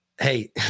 Hey